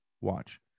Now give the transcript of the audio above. watch